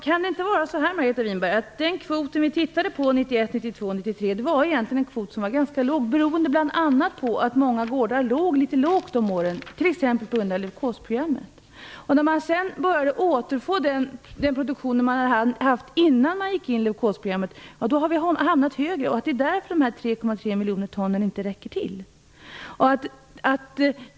Fru talman! Är det inte så, Margareta Winberg, att den kvot som vi tittade på 1991-1993 egentligen var ganska liten, bl.a. beroende på att många gårdar låg litet lågt de åren t.ex. på grund av leukosprogrammet? När de sedan började återfå den produktion de hade haft innan de gick in i leukosprogrammet har de hamnat på en annan nivå. Därför räcker dessa 3,3 miljoner ton inte till.